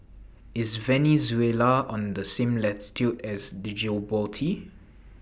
IS Venezuela on The same latitude as Djibouti